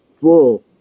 full